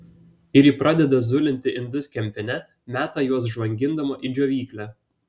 ir ji pradeda zulinti indus kempine meta juos žvangindama į džiovyklę